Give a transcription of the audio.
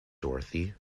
dorothy